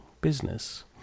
business